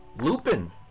Lupin